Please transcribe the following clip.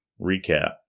recap